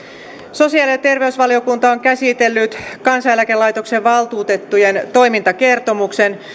sosiaali ja terveysvaliokunta on käsitellyt kansaneläkelaitoksen valtuutettujen toimintakertomuksen